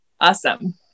Awesome